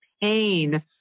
pain